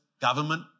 government